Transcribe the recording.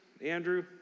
Andrew